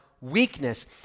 weakness